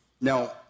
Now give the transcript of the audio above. Now